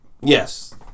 Yes